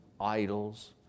idols